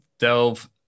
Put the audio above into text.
delve